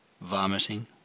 vomiting